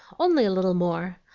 only a little more.